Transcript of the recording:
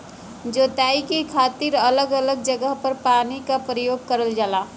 जोताई क खातिर अलग अलग जगह पर पानी क परयोग करल जाला